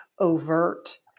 overt